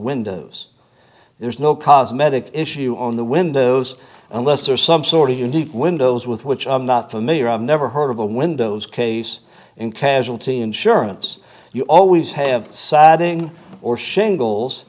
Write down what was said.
windows there's no cosmetic issue on the windows unless there's some sort of unique windows with which i'm not familiar i've never heard of a windows case in casualty insurance you always have sagging or shingles